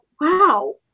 wow